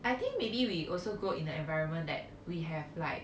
I think maybe we also grow in an environment that we have like